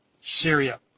Syria